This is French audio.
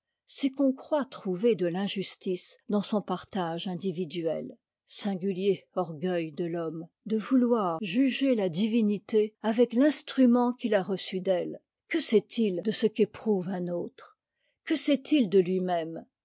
c'est qu'on croit trouver de l'injustice dans son partage individuel singulier orgueil de l'homme de vouloir juger la divinité avec l'instrument qu'il a reçu d'elle que sait-il de ce qu'éprouve un autre que sait-il de lui-même